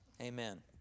Amen